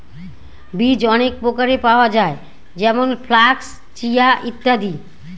বীজ অনেক প্রকারের পাওয়া যায় যেমন ফ্লাক্স, চিয়া, ইত্যাদি